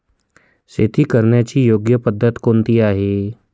शेती करण्याची योग्य पद्धत कोणती आहे?